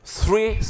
three